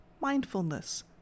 mindfulness